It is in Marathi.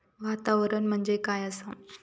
वातावरण म्हणजे काय असा?